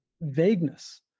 vagueness